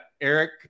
Eric